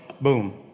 boom